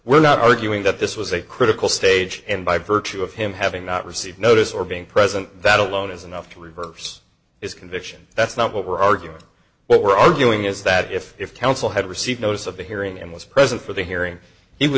we're not arguing that this was a critical stage and by virtue of him having not received notice or being present that alone is enough to reverse his conviction that's not what we're arguing what we're arguing is that if if counsel had received notice of the hearing and was present for the hearing he would